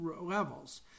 levels